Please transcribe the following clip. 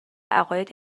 عقاید